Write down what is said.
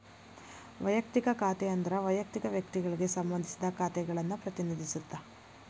ವಯಕ್ತಿಕ ಖಾತೆ ಅಂದ್ರ ವಯಕ್ತಿಕ ವ್ಯಕ್ತಿಗಳಿಗೆ ಸಂಬಂಧಿಸಿದ ಖಾತೆಗಳನ್ನ ಪ್ರತಿನಿಧಿಸುತ್ತ